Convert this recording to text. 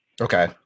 okay